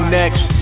next